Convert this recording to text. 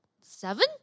seven